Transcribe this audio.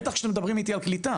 בטח כשאתם מדברים איי על קליטה.